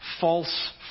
false